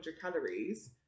calories